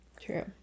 true